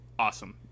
Awesome